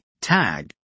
tag